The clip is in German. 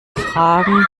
fragen